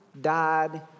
died